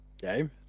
Game